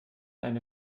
eine